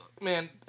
Man